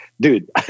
dude